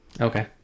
Okay